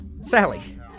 Sally